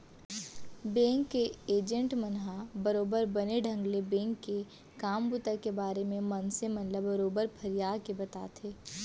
bank के agent मन ह बरोबर बने ढंग ले बेंक के काम बूता के बारे म मनसे मन ल बरोबर फरियाके बताथे